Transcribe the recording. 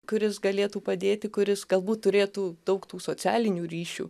kuris galėtų padėti kuris galbūt turėtų daug tų socialinių ryšių